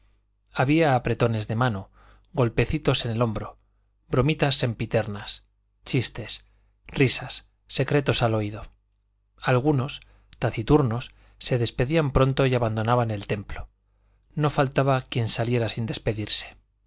había apretones de mano golpecitos en el hombro bromitas sempiternas chistes risas secretos al oído algunos taciturnos se despedían pronto y abandonaban el templo no faltaba quien saliera sin despedirse